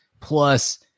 Plus